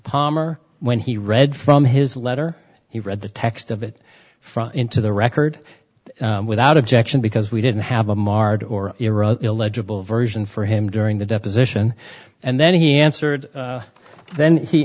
palmer when he read from his letter he read the text of it from into the record without objection because we didn't have a marred or iran illegible version for him during the deposition and then he answered then he